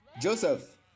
Joseph